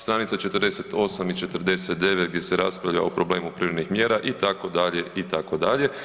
Stranica 48 i 49 gdje se raspravlja o problemu privremenih mjera itd., itd.